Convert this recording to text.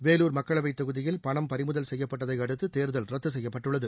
வேலூர் மக்களவை தொகுதியில் பணம் பறிமுதல் செய்யப்பட்டதை அடுத்து தேர்தல் ரத்து செய்யப்பட்டுள்ளது